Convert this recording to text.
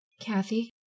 Kathy